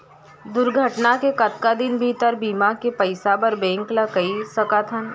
दुर्घटना के कतका दिन भीतर बीमा के पइसा बर बैंक ल कई सकथन?